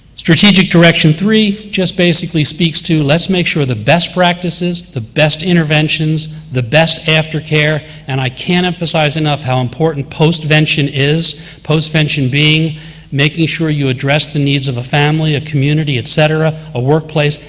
strategic direction three just basically speaks to, let's make sure the best practices, the best interventions, the best after-care, and i can't emphasize enough how important post-vention is post-vention being making sure you address the needs of a family, a community, et cetera, a workplace,